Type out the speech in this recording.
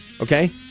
Okay